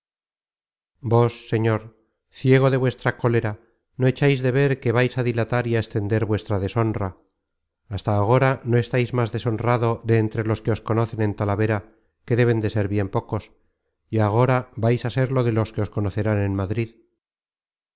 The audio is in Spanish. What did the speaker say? vos señor ciego de vuestra cólera no echais de ver que vais á dilatar y á extender vuestra deshonra hasta agora no estáis más deshonrado de entre los que os conocen en talavera que deben de ser bien pocos y agora vais á serlo de los que os conocerán en madrid